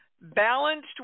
balanced